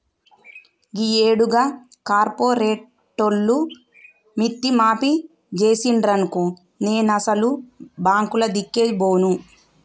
గీయేడు గా కార్పోరేటోళ్లు మిత్తి మాఫి జేసిండ్రనుకో నేనసలు బాంకులదిక్కే బోను